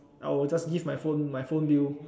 I will just give my phone my phone bill